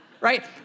Right